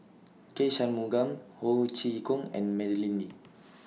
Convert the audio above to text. K Shanmugam Ho Chee Kong and Madeleine Lee